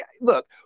Look